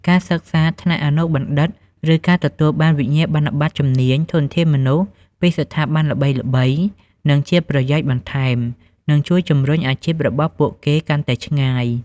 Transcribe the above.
ការសិក្សាថ្នាក់អនុបណ្ឌិត ឬការទទួលបានវិញ្ញាបនបត្រជំនាញ ធនធានមនុស្ស ពីស្ថាប័នល្បីៗ នឹងជាប្រយោជន៍បន្ថែម និងជួយជំរុញអាជីពរបស់ពួកគេកាន់តែឆ្ងាយ។